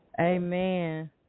Amen